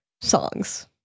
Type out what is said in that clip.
songs